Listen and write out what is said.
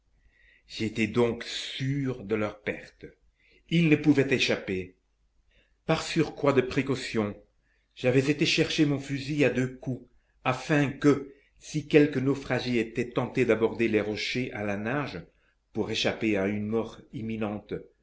j'étais donc sûr de leur perte ils ne pouvaient échapper par surcroît de précaution j'avais été chercher mon fusil à deux coups afin que si quelque naufragé était tenté d'aborder les rochers à la nage pour échapper à une mort imminente